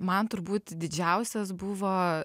man turbūt didžiausias buvo